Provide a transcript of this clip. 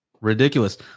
ridiculous